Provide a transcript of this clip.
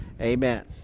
Amen